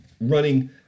running